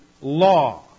law